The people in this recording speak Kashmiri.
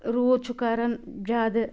روٗد چھُ کَران زیٛادٕ